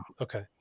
Okay